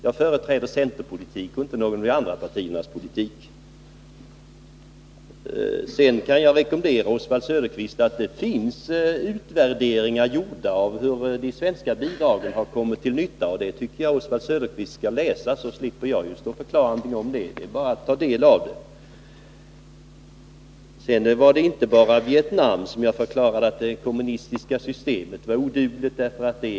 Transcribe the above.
Jag företräder centerpolitik och inte något annat partis politik. Det har gjorts utvärderingar av hur de svenska bidragen har kommit till nytta, och jag rekommenderar Oswald Söderqvist att läsa dem, så att jag slipper förklara. Det är bara att ta del av dem. När jag förklarade att det kommunistiska systemet är odugligt, gällde mitt uttalande inte bara Vietnam.